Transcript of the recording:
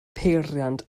peiriant